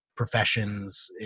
professions